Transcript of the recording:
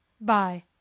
Bye